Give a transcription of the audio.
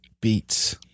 Beats